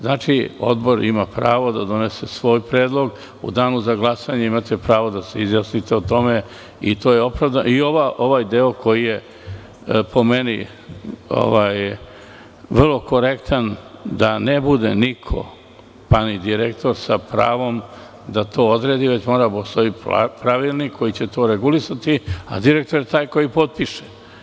Znači, Odbor ima pravo da donese svoj predlog, u danu za glasanje imate pravo da se izjasnite o tome i ovaj deo koji je, po meni, vrlo korektan, da ne bude niko, pa ni direktor sa pravom da to odredi, već mora da postoji pravilnik koji će to regulisati, a direktor je taj koji potpiše.